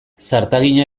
zartagina